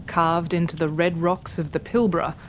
carved into the red rocks of the pilbara,